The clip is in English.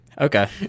Okay